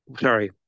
sorry